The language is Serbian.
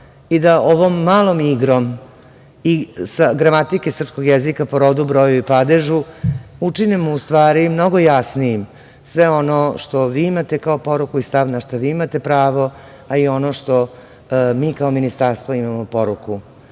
i da ovom malom igrom i sa gramatike srpskog jezika po rodu, broju i padežu učinimo u stvari mnogo jasnijim sve ono što vi imate kao poruku i stav, na šta vi imate pravo, a i ono što mi kao Ministarstvo imamo poruku